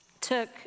took